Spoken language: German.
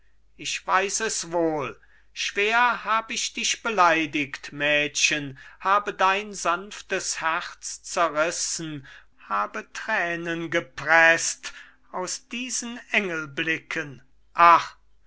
ich weiß es wohl schwer hab ich dich beleidigt mädchen habe dein sanftes herz zerrissen habe tränen gepreßt aus diesen engelblicken ach